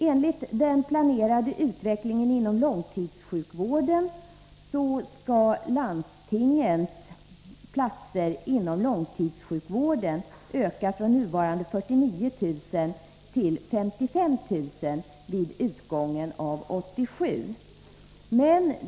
Enligt den planerade utvecklingen inom långtidssjukvården skall landstingens platser inom långtidssjukvården ökas från nuvarande 49 000 till 55 000 vid utgången av 1987.